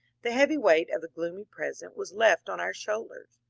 the heavy weight of the gloomy present was left on our shoulders.